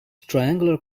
triangular